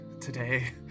today